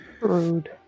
Rude